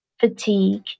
fatigue